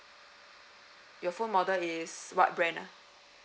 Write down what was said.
your phone model is what brand ah